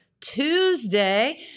Tuesday